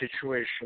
situation